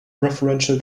referential